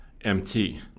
MT